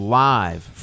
live